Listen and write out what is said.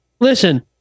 listen